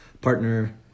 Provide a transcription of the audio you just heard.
partner